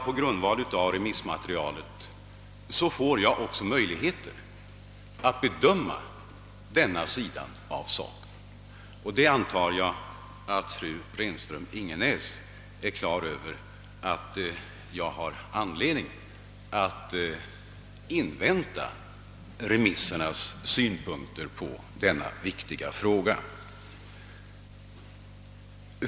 På grundval av remissmaterialet får jag givetvis möjligheter att även bedöma den sidan av saken. Jag antar också att fru Renström-Ingenäs är på det klara med att jag har anledning invänta remissinstansernas synpunkter på detta viktiga spörsmål.